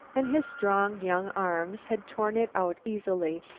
and his strong young arms had torn it out easily.